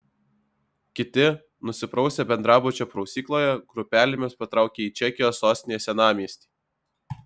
kiti nusiprausę bendrabučio prausykloje grupelėmis patraukė į čekijos sostinės senamiestį